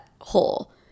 hole